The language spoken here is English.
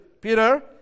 Peter